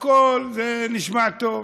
הכול, זה נשמע טוב.